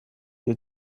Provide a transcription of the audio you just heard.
your